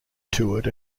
toured